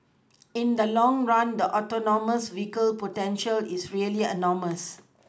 in the long run the Autonomous vehicles potential is really enormous